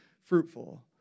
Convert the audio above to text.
fruitful